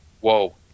Whoa